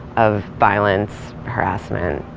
of violence, harassment.